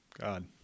god